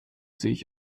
sich